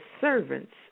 servants